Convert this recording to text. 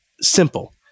Simple